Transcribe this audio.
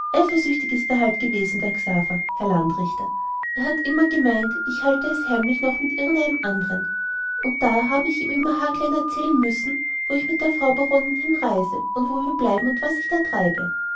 eifersüchtig ist er halt gewesen der xaver herr landrichter er hat immer gemeint ich halte es heimlich noch mit irgendeinem anderen und da habe ich ihm immer haarklein erzählen müssen wo ich mit der frau baronin hinreise und wo wir bleiben und was ich da treibe